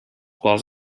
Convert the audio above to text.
quals